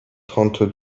trente